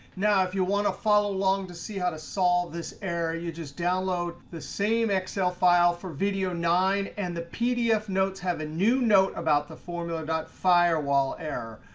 now if you want to follow along to see how to solve this error, you just download the same excel file for video nine and the pdf notes have a new note about the formula firewall error.